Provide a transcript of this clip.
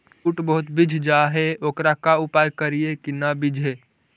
बुट बहुत बिजझ जा हे ओकर का उपाय करियै कि न बिजझे?